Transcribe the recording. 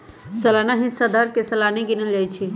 सलाना हिस्सा दर के सलाने गिनल जाइ छइ